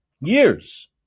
Years